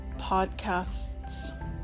podcasts